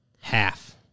Half